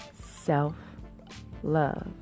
self-love